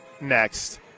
next